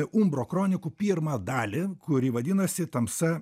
umbro kronikų pirmą dalį kuri vadinasi tamsa